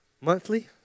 monthly